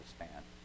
understand